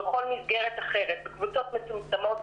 או בכל מסגרת אחרת בקבוצות מצומצמות,